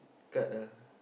cut lah